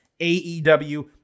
AEW